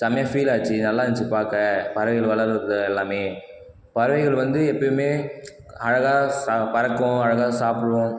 செமையாக ஃபீல் ஆச்சு நல்லா இருந்துச்சு பார்க்க பறவைகள் வளர்கிறது எல்லாமே பறவைகள் வந்து எப்போயுமே அழகாக ச பறக்கும் அழகாக சாப்பிடும்